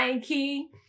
King